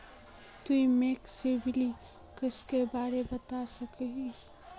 तुई मोक सिबिल स्कोरेर बारे बतवा सकोहिस कि?